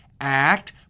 act